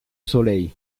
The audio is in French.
soleil